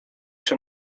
się